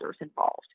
involved